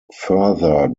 further